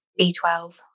b12